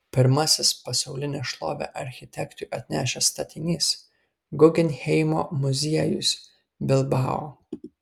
pirmasis pasaulinę šlovę architektui atnešęs statinys guggenheimo muziejus bilbao